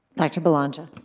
dr. belongia?